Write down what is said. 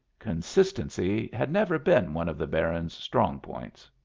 consistency had never been one of the baron's strong points.